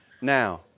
now